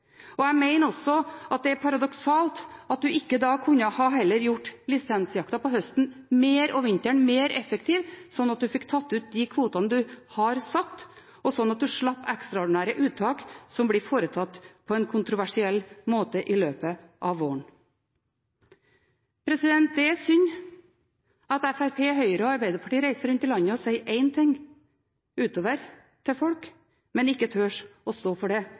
hiuttak. Jeg mener også at det er paradoksalt at man ikke heller kunne gjort lisensjakten på høsten og vinteren mer effektiv, slik at man fikk tatt ut de kvotene man har satt, og slik at man slipper ekstraordinære uttak som blir foretatt på en kontroversiell måte i løpet av våren. Det er synd at Fremskrittspartiet, Høyre og Arbeiderpartiet reiser rundt i landet og sier én ting ut til folk, men ikke tør å stå for det